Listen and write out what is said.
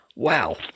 wow